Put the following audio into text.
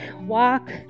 walk